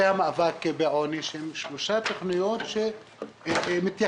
והמאבק בעוני שהם שלוש תכניות שמתייחסות,